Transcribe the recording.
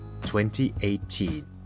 2018